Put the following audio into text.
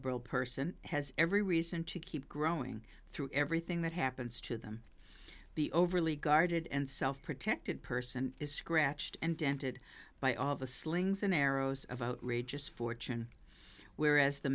vulnerable person has every reason to keep growing through everything that happens to them the overly guarded and self protected person is scratched and dented by all the slings and arrows of outrageous fortune whereas the